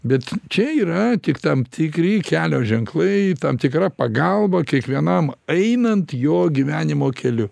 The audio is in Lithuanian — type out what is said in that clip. bet čia yra tik tam tikri kelio ženklai tam tikra pagalba kiekvienam einant jo gyvenimo keliu